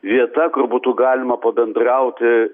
vieta kur būtų galima pabendrauti